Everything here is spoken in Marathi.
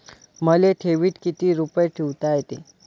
मले ठेवीत किती रुपये ठुता येते?